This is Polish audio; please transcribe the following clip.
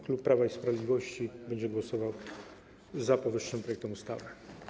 Klub Prawo i Sprawiedliwość będzie głosował za omawianym projektem ustawy.